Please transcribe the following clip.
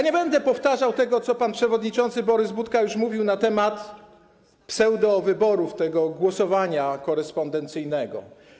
Nie będę powtarzał tego, co pan przewodniczący Borys Budka już mówił na temat pseudowyborów, głosowania korespondencyjnego.